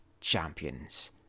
champions